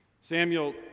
Samuel